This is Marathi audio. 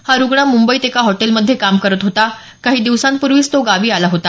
हा रुग्ण मुंबईत एका हॉटेलमध्ये काम करत होता काही दिवसा पूर्वीच तो गावी आला होता